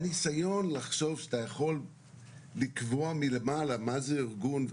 הניסיון לחשוב שאתה יכול לקבוע מלמעלה מה זה ארגון,